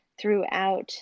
Throughout